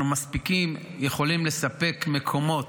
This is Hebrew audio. אנחנו יכולים לספק מקומות